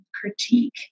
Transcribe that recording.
critique